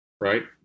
right